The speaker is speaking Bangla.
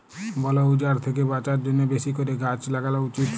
বল উজাড় থ্যাকে বাঁচার জ্যনহে বেশি ক্যরে গাহাচ ল্যাগালো উচিত